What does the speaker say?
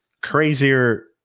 crazier